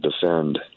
defend